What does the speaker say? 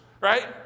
right